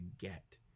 get